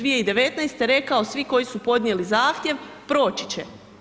2019. rekao svi koji su podnijeli zahtjev proći će.